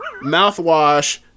mouthwash